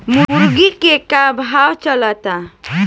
मुर्गा के का भाव चलता?